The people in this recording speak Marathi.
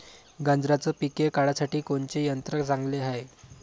गांजराचं पिके काढासाठी कोनचे यंत्र चांगले हाय?